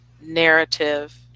narrative